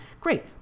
Great